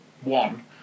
One